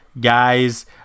guys